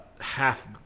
half